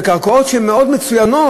בקרקעות שהן ממש מצוינות,